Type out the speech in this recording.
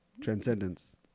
transcendence